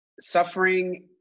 suffering